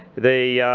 the